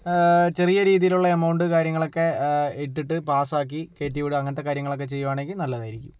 ചെറിയ രീതിയിലുള്ള എമൗണ്ട് കാര്യങ്ങളൊക്കെ ഇട്ടിട്ട് പാസാക്കി കേറ്റി വിടുക അങ്ങനത്തെ കാര്യങ്ങളൊക്കെ ചെയ്യുകയാണെങ്കിൽ നല്ലതായിരിക്കും